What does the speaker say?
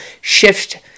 shift